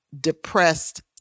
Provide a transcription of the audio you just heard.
depressed